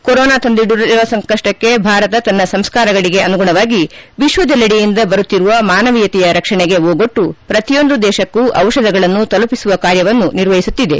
corona ತಂದೊಡ್ಡಿರುವ ಸಂಕಪ್ಪಕ್ಕೆ ಭಾರತ ತನ್ನ ಸಂಸ್ಕಾರಗಳಿಗೆ ಅನುಗುಣವಾಗಿ ವಿಶ್ವದೆಲ್ಲೆಡೆಯಿಂದ ಬರುತ್ತಿರುವ ಮಾನವೀಯತೆಯ ರಕ್ಷಣೆಗೆ ಓಗೊಟ್ಟು ಪ್ರತಿಯೊಂದು ದೇಶಕ್ಕೂ ದಿಷಧಗಳನ್ನು ತಲುಪಿಸುವ ಕಾರ್ಯವನ್ನು ಭಾರತ ನಿರ್ವಹಿಸುತ್ತಿದೆ